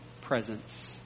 presence